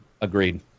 agreed